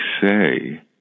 say